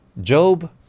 Job